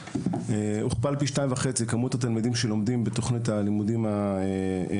הוכפלה בשתיים וחצי כמות התלמידים שלומדים בתוכנית הלימוד הישראלית,